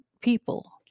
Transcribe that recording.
people